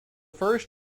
first